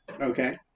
Okay